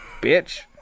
Bitch